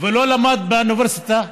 והוא לא למד באוניברסיטה,